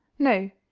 no,